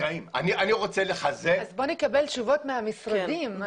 אז בואו נקבל תשובות מהמשרדים.